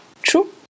true